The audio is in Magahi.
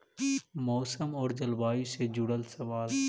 मौसम और जलवायु से जुड़ल सवाल?